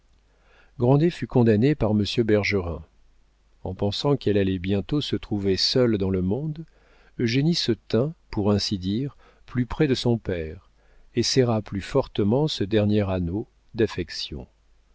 fut condamné par monsieur bergerin en pensant qu'elle allait bientôt se trouver seule dans le monde eugénie se tint pour ainsi dire plus près de son père et serra plus fortement ce dernier anneau d'affection